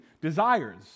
desires